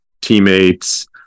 teammates